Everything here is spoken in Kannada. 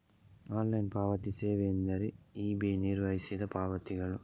ಆನ್ಲೈನ್ ಪಾವತಿ ಸೇವೆಯೆಂದರೆ ಇ.ಬೆ ನಿರ್ವಹಿಸಿದ ಪಾವತಿಗಳು